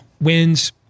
Wins